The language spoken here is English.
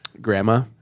Grandma